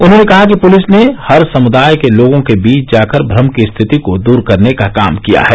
उन्होंने कहा कि पुलिस ने हर समुदाय के लोगों के बीच जाकर भ्रम की स्थिति को दूर करने का काम किया है